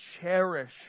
cherish